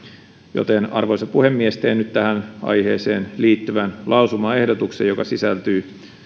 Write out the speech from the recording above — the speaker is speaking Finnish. joten arvoisa puhemies teen nyt tähän aiheeseen liittyvän lausumaehdotuksen joka sisältyy